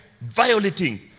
violating